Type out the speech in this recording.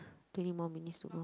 twenty more minutes to go